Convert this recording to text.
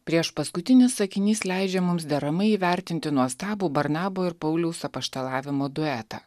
priešpaskutinis sakinys leidžia mums deramai įvertinti nuostabų barnabo ir pauliaus apaštalavimo duetą